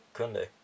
Kunde